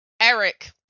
Eric